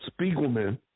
Spiegelman